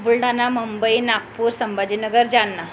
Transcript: Buldhana Mumbai Nagpur Sambhajinagar Jalna